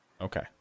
okay